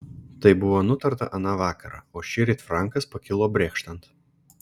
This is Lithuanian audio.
tai buvo nutarta aną vakarą o šįryt frankas pakilo brėkštant